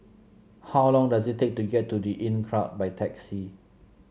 how long does it take to get to The Inncrowd by taxi